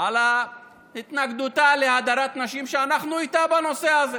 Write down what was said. על התנגדותה להדרת נשים, אנחנו איתה בנושא הזה,